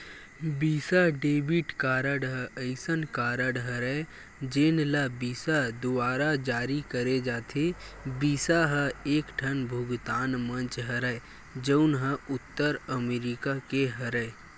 बिसा debit card ह असइन कारड हरय जेन ल बिसा दुवारा जारी करे जाथे, बिसा ह एकठन भुगतान मंच हरय जउन ह उत्तर अमरिका के हरय